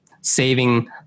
saving